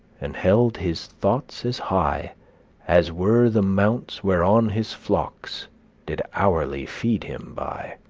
and held his thoughts as high as were the mounts whereon his flocks did hourly feed him by.